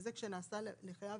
וזה כשנעשה לחייב